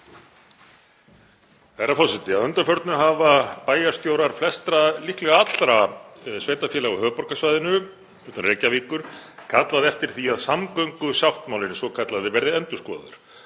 Herra forseti. Að undanförnu hafa bæjarstjórar flestra, líklega allra sveitarfélaga á höfuðborgarsvæðinu, utan Reykjavíkur, kallað eftir því að samgöngusáttmálinn svokallaði verði endurskoðaður.